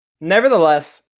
Nevertheless